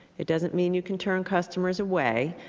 it doesn't mean you can turn customers away,